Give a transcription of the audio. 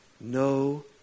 no